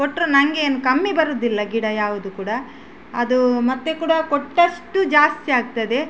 ಕೊಟ್ಟರೂ ನಂಗೇನು ಕಮ್ಮಿ ಬರುವುದಿಲ್ಲ ಗಿಡ ಯಾವುದು ಕೂಡ ಅದೂ ಮತ್ತೆ ಕೂಡ ಕೊಟ್ಟಷ್ಟು ಜಾಸ್ತಿ ಆಗ್ತದೆ